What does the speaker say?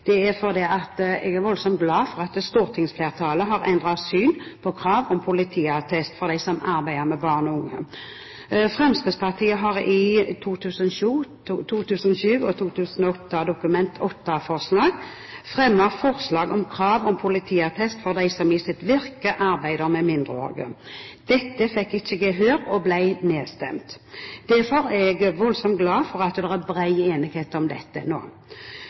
er voldsomt glad for at stortingsflertallet har endret syn på krav om politiattest for dem som arbeider med barn og unge. Fremskrittspartiet fremmet i Dokument nr. 8:138 for 2007–2008 forslag om «krav om politiattest for alle som i sitt virke arbeider med mindreårige». Dette fikk ikke gehør og ble nedstemt. Derfor er jeg voldsomt glad for at det er bred enighet om dette nå,